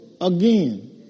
again